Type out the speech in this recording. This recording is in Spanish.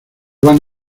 van